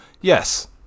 yes